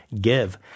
give